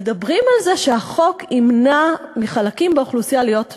מדברים על זה שהחוק ימנע מחלקים באוכלוסייה להיות מיוצגים.